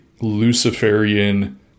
Luciferian